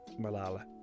Malala